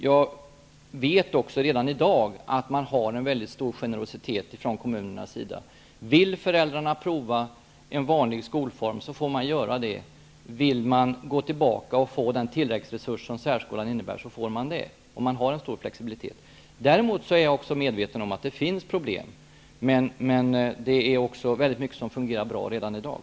Jag vet också att kommunerna har en mycket stor generositet redan i dag. Vill föräldrarna prova en vanlig skolform, får man göra det. Vill man gå tillbaka och få den tilläggsresurs som särskolan innebär, får man det. Här finns en stor flexibilitet. Jag är dock medveten om att det finns problem. Men det är mycket som fungerar bra redan i dag.